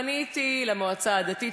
פניתי למועצה הדתית,